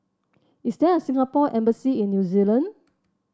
is there a Singapore Embassy in New Zealand